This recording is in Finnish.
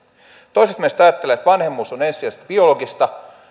toiset meistä ajattelevat että vanhemmuus on ensisijaisesti biologista